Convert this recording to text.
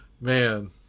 man